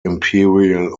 imperial